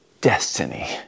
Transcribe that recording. destiny